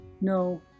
No